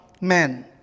men